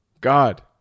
God